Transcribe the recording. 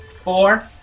four